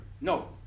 No